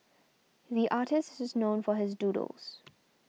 the artist is known for his doodles